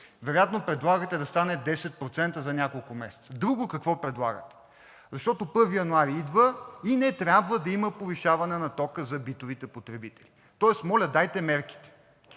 Вероятно предлагате да стане 10% за няколко месеца. Друго какво предлагате? Защото 1 януари идва и не трябва да има повишаване на тока за битовите потребители. Моля, дайте мерките,